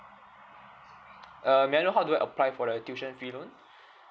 uh may I know how do I apply for the tuition fee loan